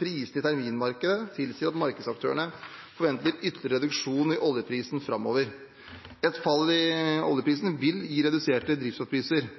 Prisene i terminmarkedet tilsier at markedsaktørene forventer ytterligere reduksjoner i oljeprisen framover. Et fall i oljeprisen vil gi reduserte drivstoffpriser.